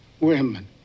women